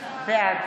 בעד